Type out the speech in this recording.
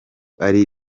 ari